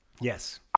Yes